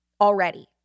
already